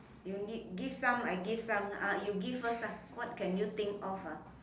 you need give some I give some ah you give first ah what can you think of ah